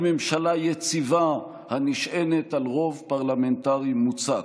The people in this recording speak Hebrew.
ממשלה יציבה הנשענת על רוב פרלמנטרי מוצק.